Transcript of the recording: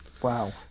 Wow